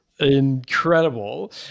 Incredible